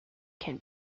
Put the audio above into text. can